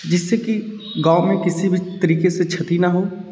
जिससे कि गाँव में किसी भी तरीक़े से क्षति ना हो